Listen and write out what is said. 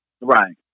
Right